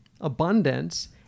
abundance